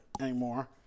anymore